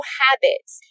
habits